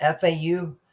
FAU